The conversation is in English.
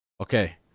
Okay